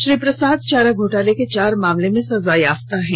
श्री प्रसाद चारा घोटाला के चार मामले में सजायापता है